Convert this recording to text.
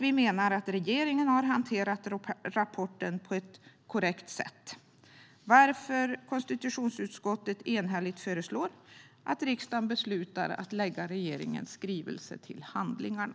Vi menar att regeringen har hanterat rapporten på ett korrekt sätt, varför konstitutionsutskottet enhälligt föreslår att riksdagen beslutar att lägga regeringens skrivelse till handlingarna.